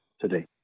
today